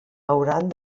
hauran